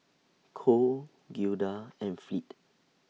Cole Gilda and Fleet